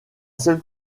seul